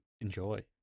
enjoy